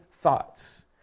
thoughts